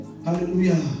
Hallelujah